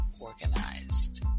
Organized